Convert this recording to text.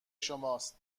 شماست